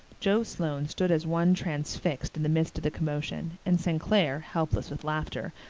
joe sloane stood as one transfixed in the midst of the commotion and st. clair, helpless with laughter,